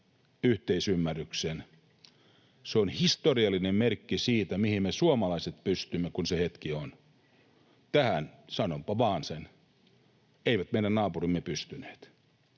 yhteisymmärryksen, on historiallinen merkki siitä, mihin me suomalaiset pystymme, kun se hetki on. Tähän, sanonpa vaan sen, eivät meidän naapurimme pystyneet.